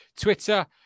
Twitter